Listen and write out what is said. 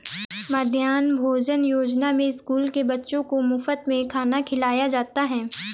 मध्याह्न भोजन योजना में स्कूल के बच्चों को मुफत में खाना खिलाया जाता है